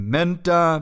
Menta